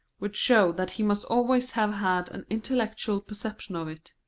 which showed that he must always have had an intellectual perception of it.